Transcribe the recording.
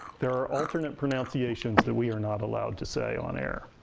there are alternate pronunciations that we are not allowed to say on air.